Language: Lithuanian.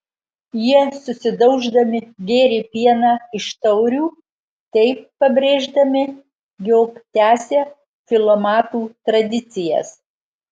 jie susidauždami gėrė pieną iš taurių taip pabrėždami jog tęsia filomatų tradicijas